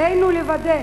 עלינו לוודא